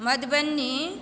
Madhubani